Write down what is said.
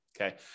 okay